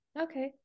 Okay